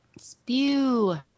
Spew